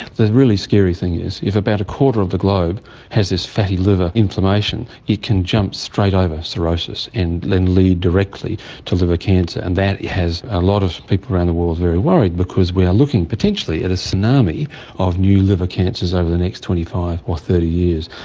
the really scary thing is if about a quarter of the globe has this fatty liver inflammation, it can jump straight over cirrhosis and then lead directly to liver cancer, and that has a lot of people around the world very worried because we are looking at potentially at a tsunami of new liver cancers over the next twenty five or thirty years.